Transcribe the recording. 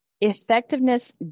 Effectiveness